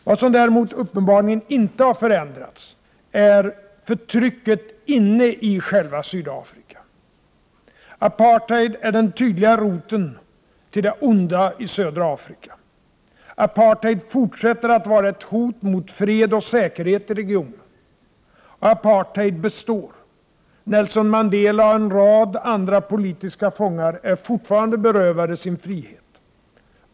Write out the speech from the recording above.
Vad som däremot uppenbarligen inte har förändrats är förtrycket inne i själva Sydafrika. Apartheid är den tydliga roten till det onda i södra Afrika. Apartheid fortsätter att vara ett hot mot fred och säkerhet i regionen. Och apartheid består. Nelson Mandela och en rad andra politiska fångar är fortfarande berövade sin frihet.